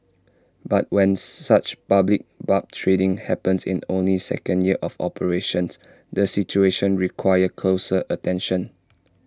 but when such public barb trading happens in only second year of operations the situation requires closer attention